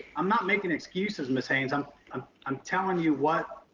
i'm not making excuses, ms. haynes, i'm um i'm telling you what,